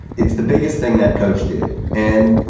it's the biggest thing that coach did. and,